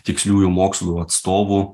tiksliųjų mokslų atstovų